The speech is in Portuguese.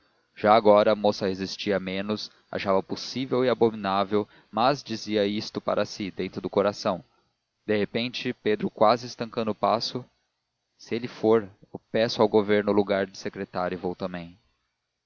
já agora a moça resistia menos achava possível e abominável mas dizia isto para si dentro do coração de repente pedro quase estacando o passo se ele for eu peço ao governo o lugar de secretário e vou também